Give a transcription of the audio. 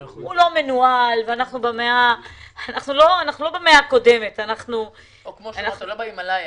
אנחנו לא במאה הקודמת -- לא בהימליה.